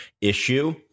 issue